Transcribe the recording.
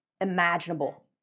imaginable